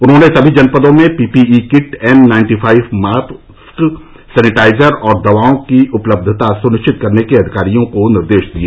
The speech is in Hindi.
उन्होंने सभी जनपदों में P P E kit N ninety five mask sanitiser और दवाओं की उपलब्धता सुनिश्चित करने के अधिकारियों को निर्देश दिए